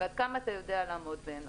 ועד כמה אתה יודע לעמוד בהן.